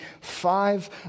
five